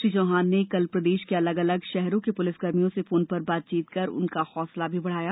श्री चौहान ने कल प्रदेश के अलग अलग शहरों के पुलिसकर्मियों से फोन पर बातचीत कर उनका हौसला भी बढ़ाया